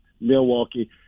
Milwaukee